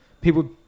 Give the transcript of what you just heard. people